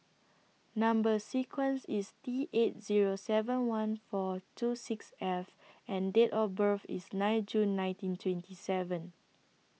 Number sequence IS T eight Zero seven one four two six F and Date of birth IS nine June nineteen twenty seven